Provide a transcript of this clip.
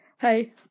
Hey